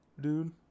dude